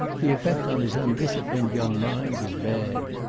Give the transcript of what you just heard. the effect on his undisciplined young mind was bad.